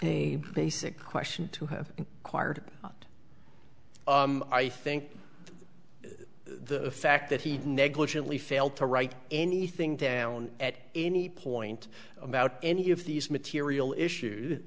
a basic question to have acquired i think the fact that he negligently failed to write anything down at any point about any of these material issues